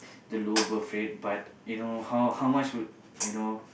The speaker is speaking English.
the low birth rate but you know how how much would you know